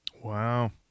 wow